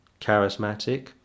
charismatic